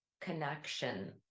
connection